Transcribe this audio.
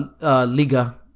Liga